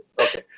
okay